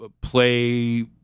play